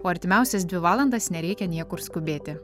o artimiausias dvi valandas nereikia niekur skubėti